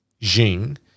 Jing